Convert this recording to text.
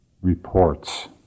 reports